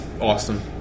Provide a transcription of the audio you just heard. awesome